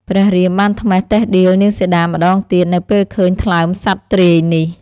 ព្រះរាមបានត្មះតិលដៀលនាងសីតាម្តងទៀត នៅពេលឃើញថ្លើមសត្វទ្រាយនេះ ។